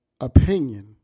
opinion